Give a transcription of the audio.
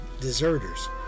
deserters